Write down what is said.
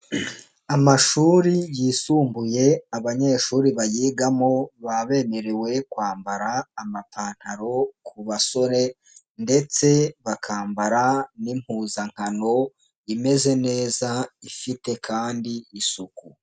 Amashuri yisumbuye abanyeshuri bayigamo ba bemerewe kwambara amapantaro ku basore ndetse bakambara n'impuzankano imeze neza ifite kandi isuku.